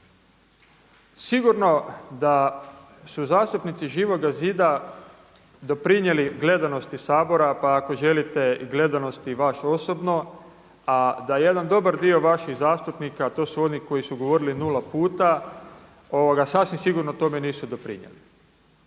Sigurno da su zastupnici Živoga zida doprinijeli gledanosti Sabora pa ako želite i gledanosti i vas osobno, a da jedan dobar dio vaših zastupnika, a to su oni koji su govorili nula puta, sasvim sigurno tome nisu doprinijeli.